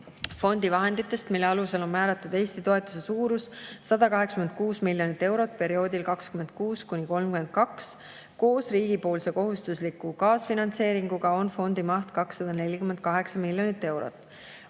fondi vahendites on 0,29%, mille alusel on määratletud, et Eesti toetuse suurus on 186 miljonit eurot perioodil 2026–[2030]. Koos riigipoolse kohustusliku kaasfinantseeringuga on fondi maht 248 miljonit eurot.